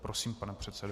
Prosím, pane předsedo.